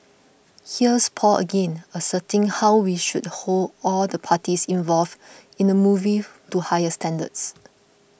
here's Paul again asserting how we should hold all the parties involved in the movie to higher standards